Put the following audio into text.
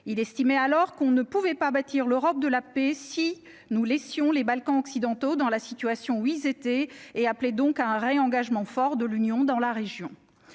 il estimait alors qu'on ne pouvait pas bâtir l'Europe de la paix si nous laissions les Balkans occidentaux dans la situation où ils étaient et appelé donc à un réengagement fort de l'Union dans la région,